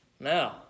Now